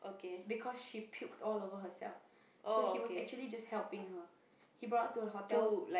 because she puked all over herself so he was actually just helping her he brought her to a hotel